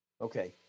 Okay